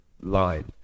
line